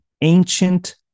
ancient